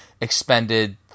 expended